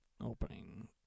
opening